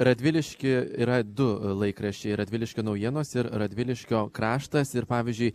radvilišky yra du laikraščiai radviliškio naujienos ir radviliškio kraštas ir pavyzdžiui